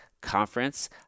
conference